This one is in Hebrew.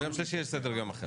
ביום שלישי יש סדר יום אחר.